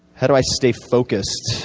how do i stay focused?